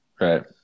Right